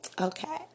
okay